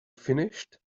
finished